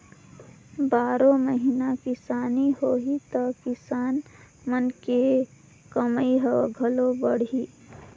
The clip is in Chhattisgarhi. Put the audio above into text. बारो महिना किसानी होही त किसान मन के कमई ह घलो बड़ही